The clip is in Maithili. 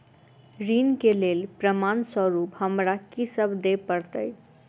ऋण केँ लेल प्रमाण स्वरूप हमरा की सब देब पड़तय?